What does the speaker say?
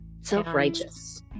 self-righteous